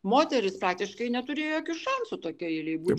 moteris praktiškai neturėjo jokių šansų tokioj eilėj būt